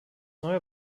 neuer